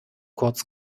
kurz